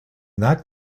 that